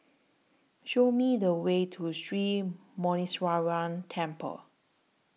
Show Me The Way to Sri Muneeswaran Temple